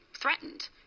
threatened